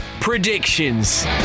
predictions